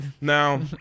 Now